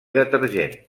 detergent